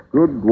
Good